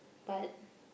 but